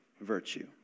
virtue